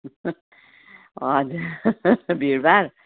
हजुर भिडभाड